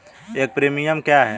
एक प्रीमियम क्या है?